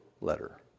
letter